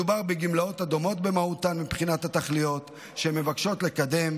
מדובר בגמלאות הדומות במהותן מבחינת התכליות שהן מבקשות לקדם,